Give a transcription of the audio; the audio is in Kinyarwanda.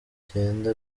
rugenda